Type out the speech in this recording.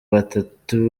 batatu